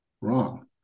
Wrong